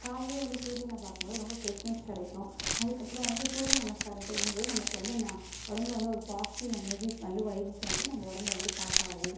காலையிலே வந்து சூரியனை பார்க்கும்போது ரொம்ப ஃப்ரெஷ்னஸ் கிடைக்கும் அதுக்கப்புறம் வந்து சூரிய நமஸ்காரம் செய்யும் போது நமக்கு வந்து நா உடம்புல வந்து ஒரு பாசிட்டிவ் எனர்ஜிஸ் வந்து வைப்ஸ் வந்து நம்ம உடம்புல வந்து பாஸ் ஆகும்